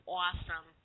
awesome